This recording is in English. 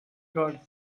god